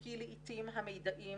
כי לעיתים המידעים